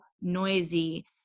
noisy